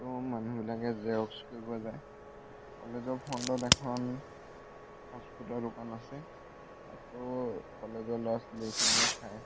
তাতো মানুহবিলাকে জেৰক্স কৰিবলে যায় কলেজৰ ফ্ৰণ্টত এখন ফাষ্টফুডৰ দোকান আছে তাতো কলেজৰ লৰা' ছোৱালীখিনিয়ে খায়